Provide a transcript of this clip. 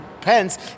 Pence